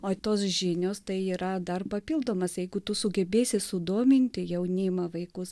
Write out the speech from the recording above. oi tos žinios tai yra dar papildomas jeigu tu sugebėsi sudominti jaunimą vaikus